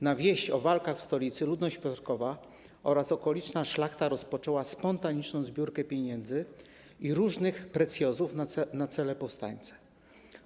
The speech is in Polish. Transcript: Na wieść o walkach w stolicy ludność Piotrkowa oraz okoliczna szlachta rozpoczęły spontaniczną zbiórkę pieniędzy i różnych preciozów na cele powstańcze.